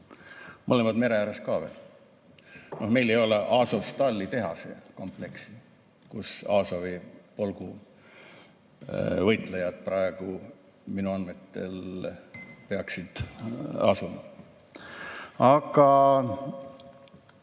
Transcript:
on mere ääres ka veel. Meil ei ole Azovstali tehasekompleksi, kus Azovi polgu võitlejad praegu minu andmetel peaksid asuma. Aga